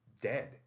dead